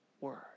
word